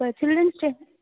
இப்போ சில்ரன்ட்ஸ் டே